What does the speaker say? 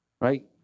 Right